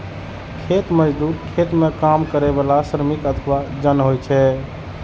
खेत मजदूर खेत मे काम करै बला श्रमिक अथवा जन होइ छै